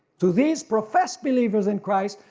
to these professed believers in christ,